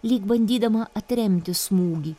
lyg bandydama atremti smūgį